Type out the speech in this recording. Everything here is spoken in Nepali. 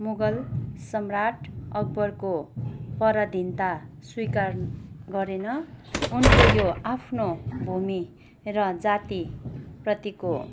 मुगल सम्राट अक्बरको पराधिन्ता स्वीकार गरेन उनको यो आफ्नो भूमी र जाति प्रतिको